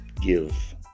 Give